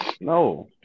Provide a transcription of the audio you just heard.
No